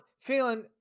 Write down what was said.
feeling